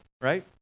Right